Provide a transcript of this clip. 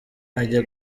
ajya